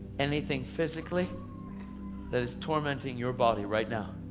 anything physically that is tormenting your body right now.